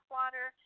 water